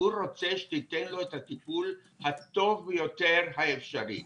הוא רוצה שתיתן לו את הטיפול הטוב ביותר באפשרי.